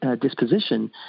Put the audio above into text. disposition